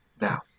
now